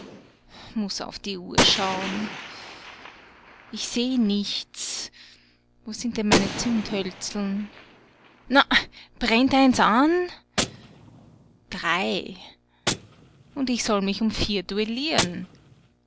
muß auf die uhr schau'n ich seh nichts wo sind denn meine zündhölzeln na brennt eins an drei und ich soll mich um vier duellieren